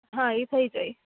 હા ઈ થઈ જાય